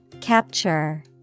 Capture